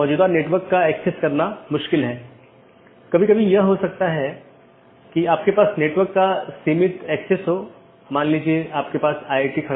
एक stub AS केवल स्थानीय ट्रैफ़िक ले जा सकता है क्योंकि यह AS के लिए एक कनेक्शन है लेकिन उस पार कोई अन्य AS नहीं है